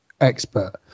expert